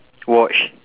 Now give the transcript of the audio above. watch